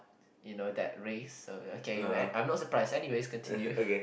you know that race uh okay I'm not surprise anyways continue